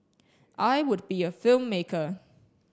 I would be a filmmaker